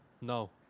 No